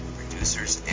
producers